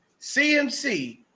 CMC